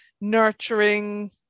nurturing